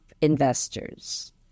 investors